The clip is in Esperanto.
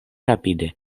rapide